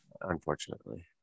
unfortunately